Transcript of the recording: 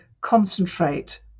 concentrate